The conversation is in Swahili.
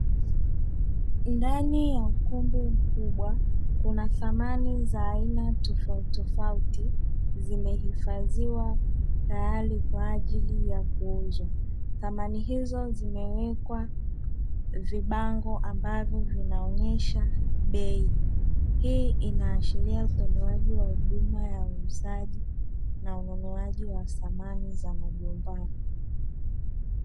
Ndani ya ukumbi mkubwa, kuna samani za aina tofauti tofauti zimehifadhiwa tayari kwa ajili ya kuuzwa. Samani hizo zimewekwa vibango ambavyo vinaonyesha bei. Hii inaashiria utolewaji wa huduma ya uuzaji na ununuaji wa samani za majumbani.